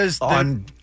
on